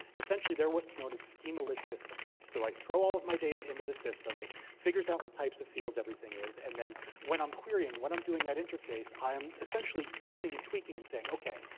essentially, they're what's known as schema-less systems. so i throw all of my data into the system. it figures out what types of fields everything is. and then when i'm querying, when i'm doing that interface, i am essentially tuning, and tweaking, and saying, ok,